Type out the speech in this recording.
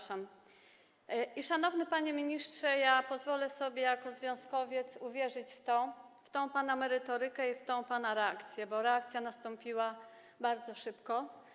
Szanowny panie ministrze, pozwolę sobie jako związkowiec uwierzyć w pana merytorykę i w tę pana reakcję, bo reakcja nastąpiła bardzo szybko.